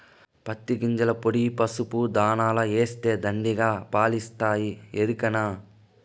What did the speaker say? పత్తి గింజల పొడి పసుపు దాణాల ఏస్తే దండిగా పాలిస్తాయి ఎరికనా